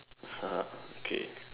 okay